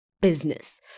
business